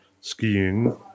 skiing